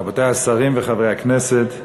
רבותי השרים וחברי הכנסת,